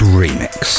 remix